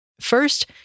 First